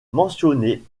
mentionnée